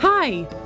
Hi